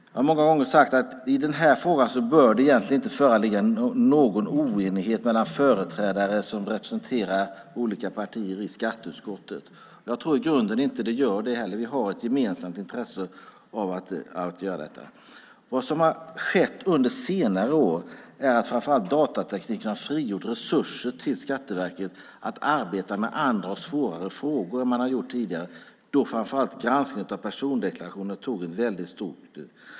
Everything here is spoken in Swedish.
Jag har många gånger sagt att det i den här frågan egentligen inte bör föreligga någon oenighet mellan företrädare som representerar olika partier i skatteutskottet. Jag tror i grunden inte att det gör det heller. Vi har ett gemensamt intresse här. Vad som har skett under senare år är att framför allt datatekniken har frigjort resurser till Skatteverket som kan användas till arbete med andra och svårare frågor än man har arbetat med tidigare, då framför allt granskning av persondeklarationer tog väldigt mycket tid.